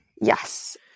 Yes